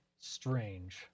strange